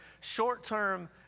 short-term